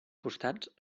costats